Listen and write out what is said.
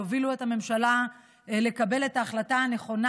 יובילו את הממשלה לקבל את ההחלטה הנכונה